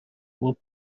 would